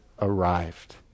arrived